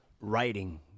writing